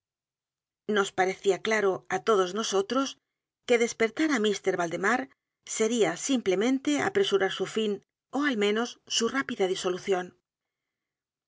nos parecía claro á todos nosotros que despertar á mr valdemar sería simplemente a p r e s u r a r su fin ó al menos su rápida disolución